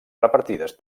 repartides